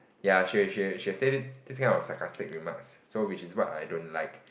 ya she'll she'll she'll say it this kind of sarcastic remarks so which is what I don't like